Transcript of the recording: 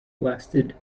lasted